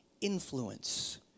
influence